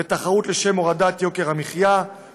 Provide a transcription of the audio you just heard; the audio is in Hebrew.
בתחרות לשם הורדת יוקר המחיה,